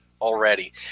already